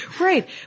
Right